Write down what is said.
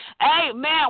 amen